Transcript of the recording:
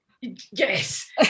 Yes